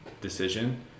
decision